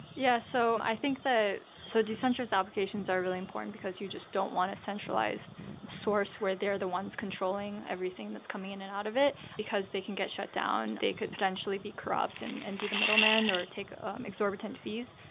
yeah. so i think so decentralized applications are really important because you just don't want a centralized source where they're the ones controlling everything that's coming in and out of it because they can get shut down. they could potentially be corrupt and and be the middleman or take ah exorbitant fees.